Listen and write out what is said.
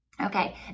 Okay